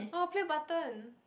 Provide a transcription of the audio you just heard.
orh play button